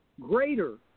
greater